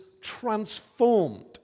transformed